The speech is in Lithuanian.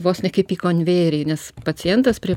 vos ne kaip į konvejerį nes pacientas prie